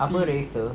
apa racer